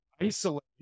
isolate